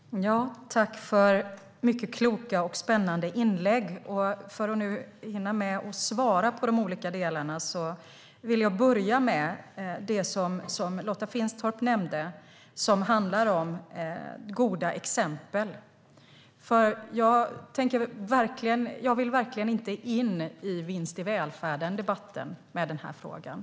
Fru talman! Jag tackar för mycket kloka och spännande inlägg. För att hinna med att svara i de olika delarna vill jag börja med det som Lotta Finstorp nämnde om goda exempel. Jag vill verkligen inte ge mig in i debatten om vinst i välfärden med den här frågan.